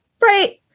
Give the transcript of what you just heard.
right